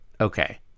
Okay